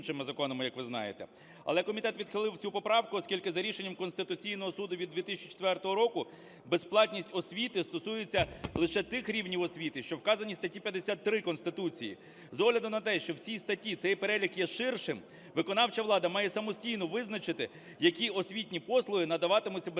Але комітет відхилив цю поправку, оскільки за рішенням Конституційного Суду від 2004 року безплатність освіти стосується лише тих рівнів освіти, що вказані у статті 53 Конституції. З огляду на те, що в цій статті цей перелік є ширшим, виконавча влада має самостійно визначити, які освітні послуги надаватимуться безкоштовно,